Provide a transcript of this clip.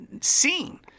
seen